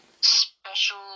special